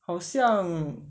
好像